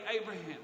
Abraham